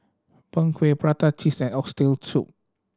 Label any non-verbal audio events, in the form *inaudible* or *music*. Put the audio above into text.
Png Kueh prata cheese and oxtail *unintelligible*